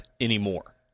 anymore